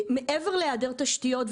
מעבר להיעדר תשתיות.